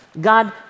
God